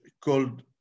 called